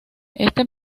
este